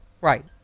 Right